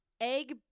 Egg